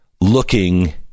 looking